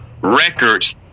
Records